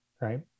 right